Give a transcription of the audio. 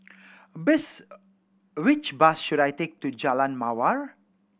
which bus should I take to Jalan Mawar